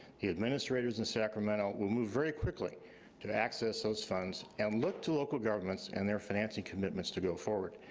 the administrators in sacramento will move very quickly to access those funds and look to local governments and their financing commitments to go forward.